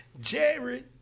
Jared